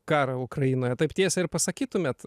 karą ukrainoje taip tiesiai ir pasakytumėt